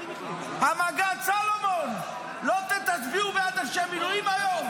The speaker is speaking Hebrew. המג"ד סולומון, לא תצביעו בעד אנשי המילואים היום?